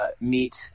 meet